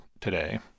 today